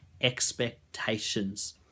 expectations